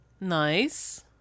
Nice